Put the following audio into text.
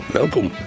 welkom